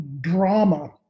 drama